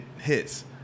hits